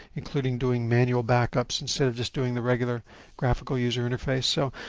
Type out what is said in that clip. including doing manual backups instead of just doing the regular graphical user interface. so,